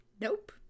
Nope